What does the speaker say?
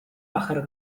pájaro